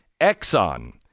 Exxon